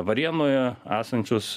varėnoje esančius